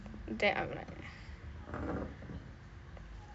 then I'm like